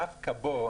דווקא בו,